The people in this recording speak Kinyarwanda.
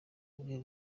bwe